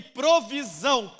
provisão